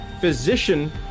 physician